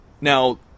Now